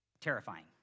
Terrifying